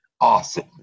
awesome